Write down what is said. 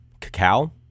cacao